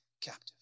captive